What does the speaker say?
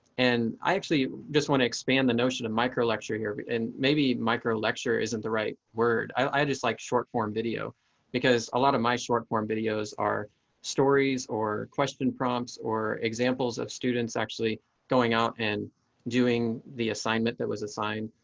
and i actually just want to expand the notion of micro lecture here and maybe micro lecture isn't the right word. i just like short form video because a lot of my short form videos are stories or question prompts or examples of students actually going out and doing the assignment that was assigned.